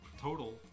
total